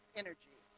energy